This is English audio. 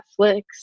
Netflix